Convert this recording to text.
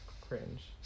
cringe